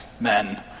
men